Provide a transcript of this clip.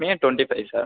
may twenty five sir